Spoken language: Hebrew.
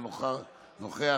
אינו נוכח,